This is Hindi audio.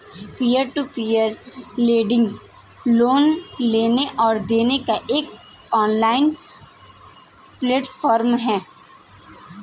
peer to peer lending loan लेने और देने का एक ऑनलाइन प्लेटफ़ॉर्म है